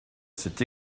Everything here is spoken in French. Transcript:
cet